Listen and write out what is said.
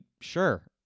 sure